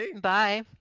Bye